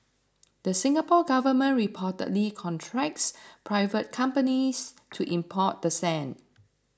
the Singapore Government reportedly contracts private companies to import the sand